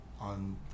on